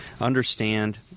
understand